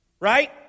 Right